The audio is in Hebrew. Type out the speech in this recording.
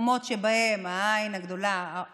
שבמקומות שבהם העין הגדולה, האור,